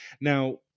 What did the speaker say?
Now